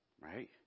Right